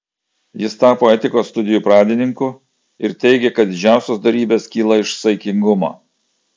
jis tapo etikos studijų pradininku ir teigė kad didžiausios dorybės kyla iš saikingumo